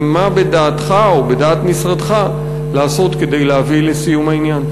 ומה בדעתך או בדעת משרדך לעשות כדי להביא לסיום העניין?